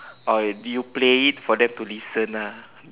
oh do you play it for them to listen ah